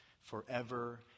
forever